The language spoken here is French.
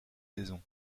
saison